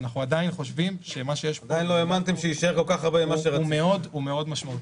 אנחנו עדיין חושבים שמה שיש פה הוא מאוד משמעותי.